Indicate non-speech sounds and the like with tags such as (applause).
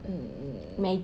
(noise)